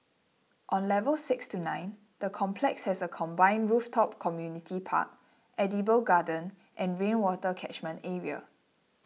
on levels six to nine the complex has a combined rooftop community park edible garden and rainwater catchment area